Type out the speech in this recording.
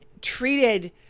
treated